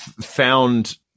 found